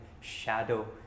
shadow